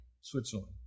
Switzerland